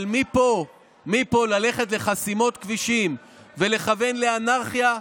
אבל מפה ללכת לחסימות כבישים ולכוון לאנרכיה,